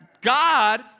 God